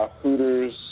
Hooters